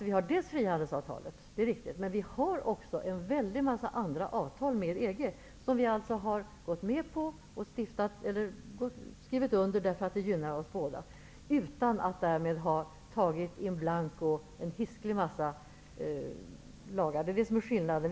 Vi har både frihandelsavtalet och många andra avtal med EG som vi har skrivit under därför att de gynnar oss båda, utan att vi därmed har antagit en massa lagar in blanco. Det är det som är skillnaden.